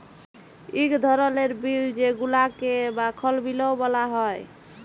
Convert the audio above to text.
ইক ধরলের বিল যেগুলাকে মাখল বিলও ব্যলা হ্যয়